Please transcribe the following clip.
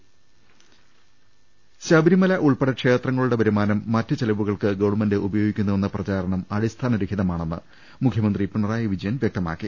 രുട്ട്ട്ട്ട്ട്ട്ട്ട്ട ശബരിമല ഉൾപ്പെടെ ക്ഷേത്രങ്ങളുടെ വരുമാനം മറ്റ് ചെലവുകൾക്ക് ഗവൺമെന്റ് ഉപയോഗിക്കുന്നുവെന്ന പ്രചാരണം അടിസ്ഥാനരഹിതമാണെന്ന് മുഖ്യമന്ത്രി പിണറായി വിജയൻ വ്യക്തമാക്കി